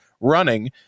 running